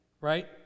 right